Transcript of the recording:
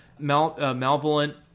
malvolent